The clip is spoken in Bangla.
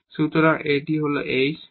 সুতরাং এটি হল h